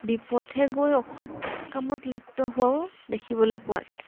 বিপথে গৈ অসৎ কামত লিপ্ত হোৱাও দেখিবলৈ পোৱা যায়